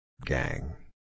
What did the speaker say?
Gang